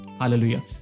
Hallelujah